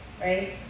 right